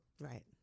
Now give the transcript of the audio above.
right